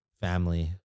family